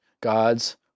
God's